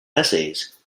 essays